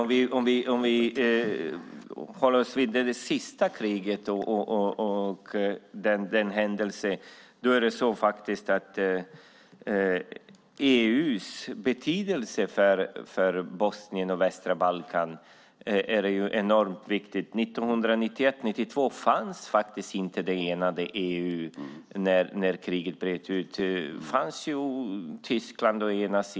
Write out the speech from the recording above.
Om vi håller oss till det sista kriget kan man konstatera att EU:s betydelse för Bosnien och västra Balkan är enormt viktig. 1991-1992 när kriget bröt ut fanns faktiskt inte det enade EU.